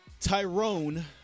Tyrone